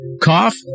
cough